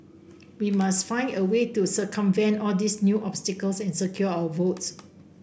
we must find a way to circumvent all these new obstacles and secure our votes